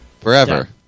Forever